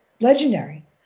legendary